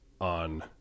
on